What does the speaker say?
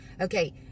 Okay